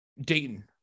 Dayton